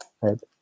Right